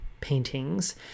paintings